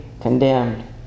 condemned